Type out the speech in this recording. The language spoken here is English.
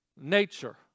nature